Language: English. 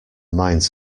minds